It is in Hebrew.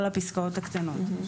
כל הפסקאות הקטנות.